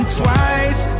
twice